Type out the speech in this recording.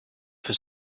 for